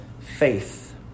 faith